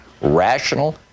rational